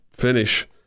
finish